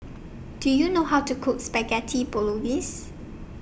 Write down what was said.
Do YOU know How to Cook Spaghetti Bolognese